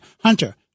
Hunter